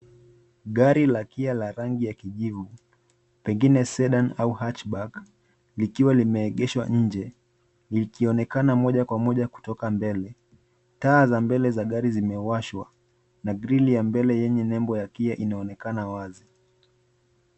Gari la Kia la rangi ya kijivu pengine Sedan au Hatchback likiwa limeegeshwa nje likionekana moja kwa moja kutoka mbele. Taa za mbele za gari zimewashwa na grili ya mbele yenye nembo ya Kia inaonekana wazi.